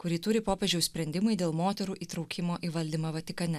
kurį turi popiežiaus sprendimai dėl moterų įtraukimo į valdymą vatikane